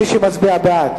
מי שמצביע בעד,